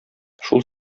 шул